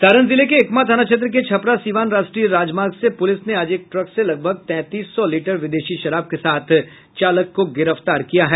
सारण जिले के एकमा थाना क्षेत्र के छपरा सीवान राष्ट्रीय राजमार्ग से पुलिस ने आज एक ट्रक से लगभग तैंतीस सौ लीटर विदेशी शराब के साथ चालक को गिरफ्तार किया है